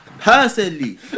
Personally